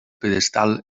pedestal